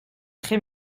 très